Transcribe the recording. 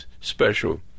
special